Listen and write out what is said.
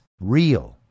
real